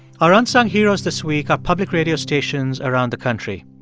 our unsung heroes this week are public radio stations around the country.